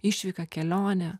išvyka kelionė